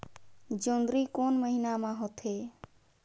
जोंदरी कोन महीना म होथे?